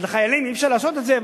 אז לחיילים אי-אפשר לעשות את זה?